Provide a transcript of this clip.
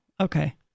okay